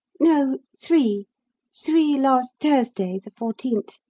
no, three three, last thursday, the fourteenth.